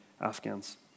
Afghans